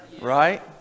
right